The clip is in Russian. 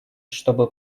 чтобы